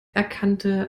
erkannte